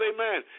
amen